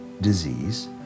disease